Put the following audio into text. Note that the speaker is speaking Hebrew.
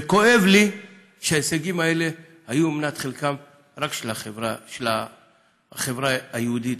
וכואב לי שההישגים האלה היו רק מנת חלקה של החברה היהודית